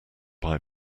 buy